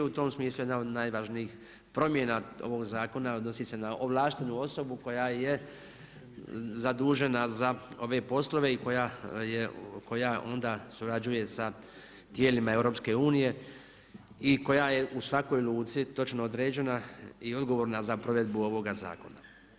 U tom smislu jedna od najvažnijih promjena ovog zakona odnosi se na ovlaštenu osobu koja je zadužena za ove poslove i koja onda surađuje sa tijelima EU i koja je u svakoj luci točno određena i odgovorna za provedbu ovoga zakona.